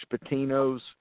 Patino's